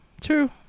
true